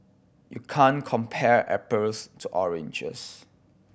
you can't compare to oranges